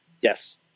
Yes